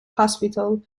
hospital